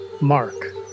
Mark